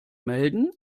melden